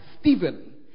Stephen